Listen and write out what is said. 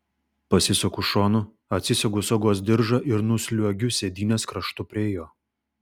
pasisuku šonu atsisegu saugos diržą ir nusliuogiu sėdynės kraštu prie jo